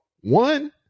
one